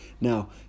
Now